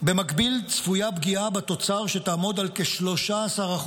במקביל צפויה פגיעה בתוצר שתעמוד על כ-13%,